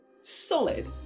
solid